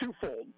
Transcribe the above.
twofold